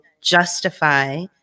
justify